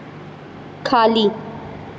खाली